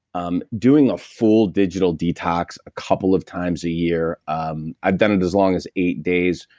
um doing a full digital detox a couple of times a year um i've done it as long as eight days.